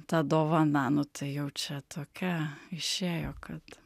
ta dovana nu tai jau čia tokia išėjo kad